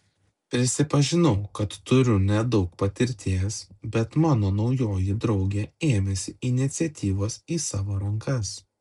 prisipažinau kad turiu nedaug patirties bet mano naujoji draugė ėmėsi iniciatyvos į savo rankas